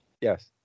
Yes